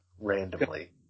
randomly